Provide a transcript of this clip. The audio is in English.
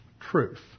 truth